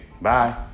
Bye